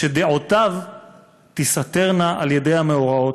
שדעותיו תיסתרנה על-ידי המאורעות,